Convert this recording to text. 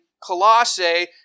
Colossae